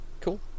Cool